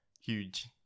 huge